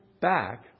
back